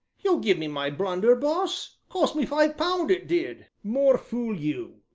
you'll give me my blunderbuss cost me five pound it did. more fool you!